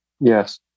Yes